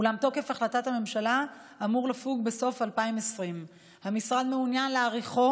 אולם תוקף החלטת הממשלה אמור לפוג בסוף 2020. המשרד מעוניין להאריכו,